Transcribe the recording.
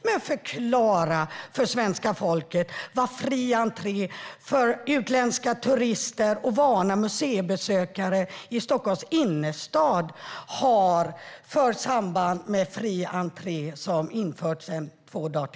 Men förklara för svenska folket vad fri entré för utländska turister och vana museibesökare i Stockholms innerstad, som har införts sedan två dagar tillbaka, har för samband med det!